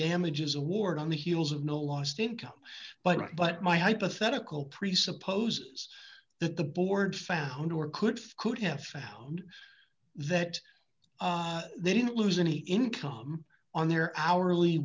damages award on the heels of no lost income but but my hypothetical presupposes that the board found or could could have found that they didn't lose any income on their hourly